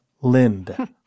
Lind